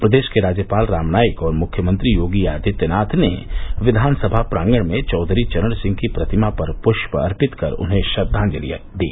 प्रदेश के राज्यपाल राम नाईक और मुख्यमंत्री योगी आदित्यनाथ ने विधानसभा प्रांगण में चौधरी चरण सिंह की प्रतिमा पर पुष्प अर्पित कर उन्हे श्रद्वाजलि दी